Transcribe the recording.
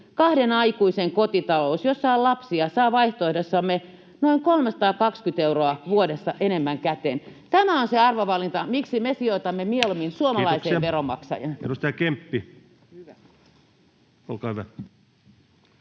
kahden aikuisen kotitalous, jossa on lapsia, saa vaihtoehdossamme noin 320 euroa vuodessa enemmän käteen. Tämä on se arvovalinta, miksi me sijoitamme mieluummin suomalaiseen veronmaksajaan. [Speech 89] Speaker: